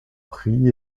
pris